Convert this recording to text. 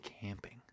camping